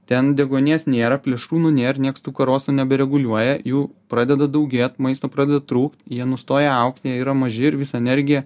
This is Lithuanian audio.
ten deguonies nėra plėšrūnų nėr niekas tų karosų nebereguliuoja jų pradeda daugėt maisto pradeda trūkt jie nustoja augti jie yra maži ir visą energiją